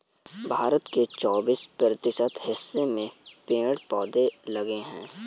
भारत के चौबिस प्रतिशत हिस्से में पेड़ पौधे लगे हैं